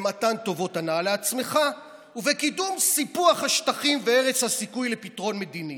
במתן טובות הנאה לעצמך ובקידום סיפוח השטחים והרס הסיכוי לפתרון מדיני.